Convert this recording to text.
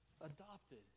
adopted